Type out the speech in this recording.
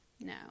No